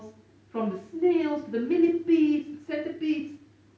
from the snails to the millipedes centipedes